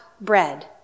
bread